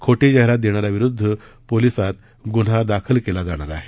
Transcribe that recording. खोटी जाहिरात देणाऱ्याविरुद्ध पोलिसात गुन्हा दाखल केला जाणार आहे